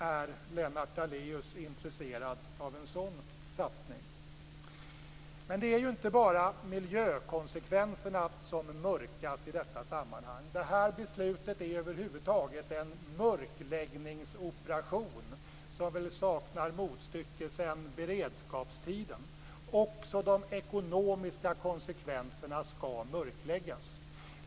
Är Lennart Daléus intresserad av en sådan satsning? Det är inte bara miljökonsekvenserna som mörkas i detta sammanhang. Det här beslutet är över huvud taget en mörkläggningsoperation som väl saknar motstycke sedan beredskapstiden. Också de ekonomiska konsekvenserna skall mörkläggas.